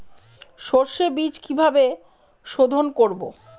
সর্ষে বিজ কিভাবে সোধোন করব?